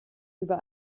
über